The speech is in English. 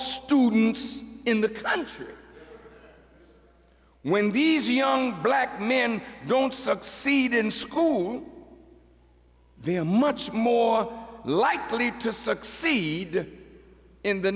students in the country when these young black men don't succeed in school the a much more likely to succeed in the